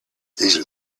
these